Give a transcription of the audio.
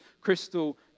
Crystal